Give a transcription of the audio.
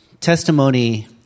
testimony